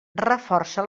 reforça